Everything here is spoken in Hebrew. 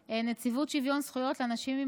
חוק שוויון זכויות לאנשים עם